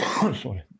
Sorry